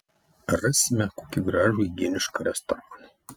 rasime kokį gražų higienišką restoraną